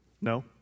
No